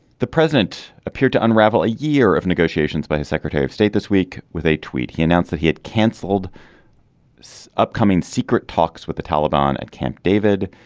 the president appeared to unravel a year of negotiations by his secretary of state this week with a tweet. he announced that he had canceled this upcoming secret talks with the taliban at camp david.